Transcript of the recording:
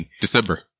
December